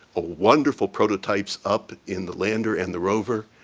a wonderful prototype's up in the lander and the rover,